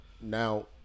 now